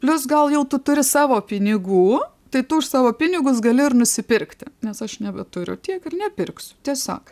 plius gal jau tu turi savo pinigų tai tu už savo pinigus gali ir nusipirkti nes aš nebeturiu tiek ir nepirksiu tiesiog